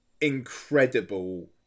incredible